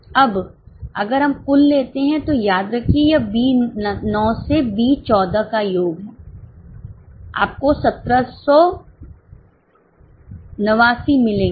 अब अगर हम कुल लेते हैं तो याद रखिए यह बी 9 से बी 14 का योग हैआपको 1779 मिलेंगे